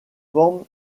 forme